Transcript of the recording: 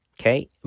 Okay